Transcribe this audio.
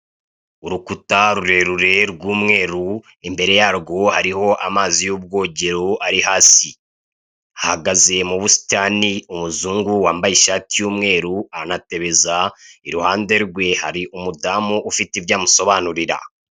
Urukuta rurerure rw' umweru, imbere yarwo hariho amazi y' ubwogero ari hasi ,hahagaze mubusitani umuzungu wambaye ishati y' umweru aranatebeza iruhande rwe hari umudamu ufite ibyo amusobanurira.